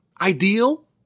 ideal